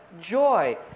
joy